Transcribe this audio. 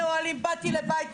מאוהלים באתי לבית,